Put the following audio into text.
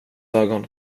ögon